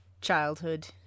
childhood